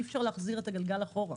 ואי אפשר להחזיר את הגלגל אחורה,